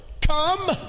Come